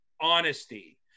honesty